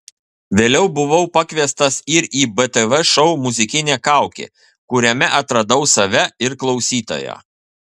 vėliau buvau pakviestas ir į btv šou muzikinė kaukė kuriame atradau save ir klausytoją